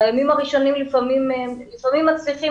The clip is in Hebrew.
בימים הראשונים לפעמים מצליחים,